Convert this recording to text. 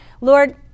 Lord